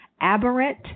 Aberrant